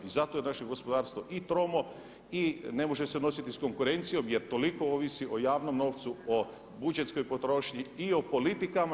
I zato je naše gospodarstvo i tromo i ne može se nositi s konkurencijom jer toliko ovisi o javnom novcu, o budžetskoj potrošnji i o politikama.